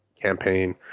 campaign